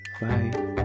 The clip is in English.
Bye